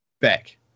back